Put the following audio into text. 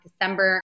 December